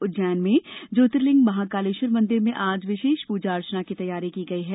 उज्जैन में ज्योतिर्लिंग महाकालेश्वर मंदिर में आज विशेष पूजा अर्चना की तैयारी की गई है